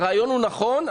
הרעיון הוא נכון.